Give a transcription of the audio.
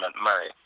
Murray